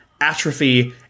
atrophy